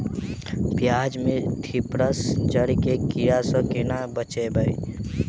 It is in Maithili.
प्याज मे थ्रिप्स जड़ केँ कीड़ा सँ केना बचेबै?